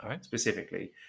specifically